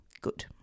good